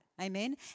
Amen